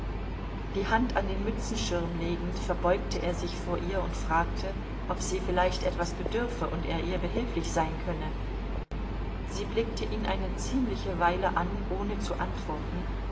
die hand an den mützenschirm legend verbeugte er sich vor ihr und fragte ob sie vielleicht etwas bedürfe und er ihr behilflich sein könne sie blickte ihn eine ziemliche weile an ohne zu antworten